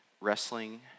wrestling